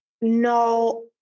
no